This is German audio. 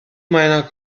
meiner